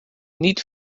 niet